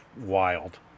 wild